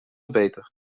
beter